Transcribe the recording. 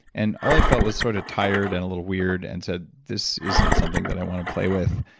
and all i felt was sort of tired, and a little weird, and said this isn't something that i want to play with.